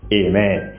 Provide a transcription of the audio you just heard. amen